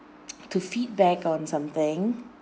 to feedback on something